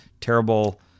terrible